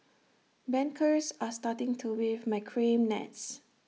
bankers are starting to weave macrame nets